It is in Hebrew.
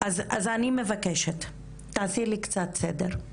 אז אני מבקשת - תעשי לי קצת סדר.